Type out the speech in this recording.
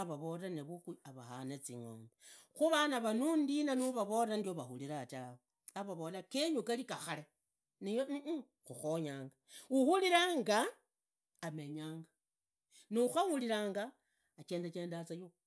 avavoree nivukhu avahane zingombe, khuvanava nundi nuvavorera ndiono vahurivaa tawe. avavolaa genyu gavi ga khare niwe mmh mmh khukhonyanga, uhuviranga amenyanga na ukhuhuriranga ajendajenda yukhu.